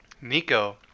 Nico